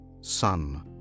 sun